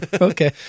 Okay